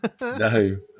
No